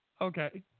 Okay